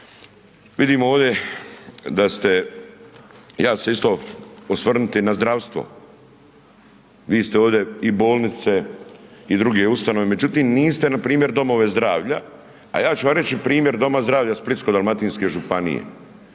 Vidimo ovdje, da ste ja ću se isto osvrnuti na zdravstvo, vi ste ovdje i bolnice, i druge ustanove, međutim, niste npr. domove zdravlja, a ja ću vam reći doma zdravlja Splitsko dalmatinske županije.